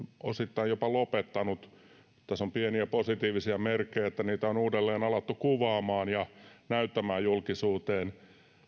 osittain jopa lopettanut tässä on pieniä positiivisia merkkejä että niitä on uudelleen alettu kuvaamaan ja näyttämään julkisuuteen